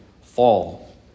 fall